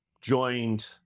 joined